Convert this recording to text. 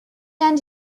end